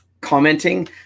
commenting